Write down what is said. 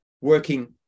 working